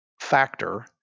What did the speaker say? factor